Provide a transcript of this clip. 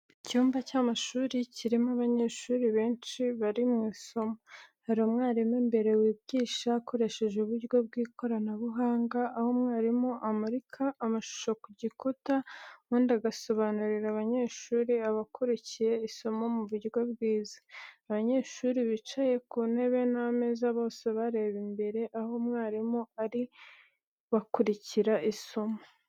Icyumba cy’amashuri kirimo abanyeshuri benshi, bari mu isomo. Hari umwarimu imbere wigisha akoresheje uburyo bw'ikoranabuhanga, aho mwarimu amurika amashusho ku gikuta, ubundi agasobanurira abakurikiye isomo mu buryo bwiza. Abanyeshuri bicaye ku ntebe n'ameza, bose bareba imbere aho umwarimu ari bakurikira isomo.